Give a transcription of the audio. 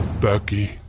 Becky